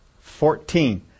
Fourteen